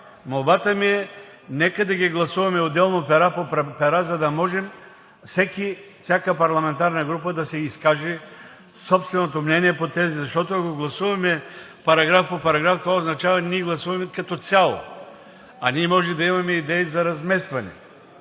молбата ми е: нека да ги гласуваме отделно пера по пера, за да можем всяка парламентарна група да си изкаже собственото мнение по тях. Защото, ако гласуваме параграф по параграф, това означава ние гласуваме като цяло, а ние може да имаме идеи за разместване